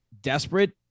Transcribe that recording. desperate